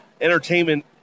entertainment